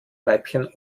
weibchen